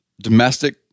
domestic